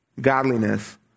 godliness